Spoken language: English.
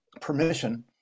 permission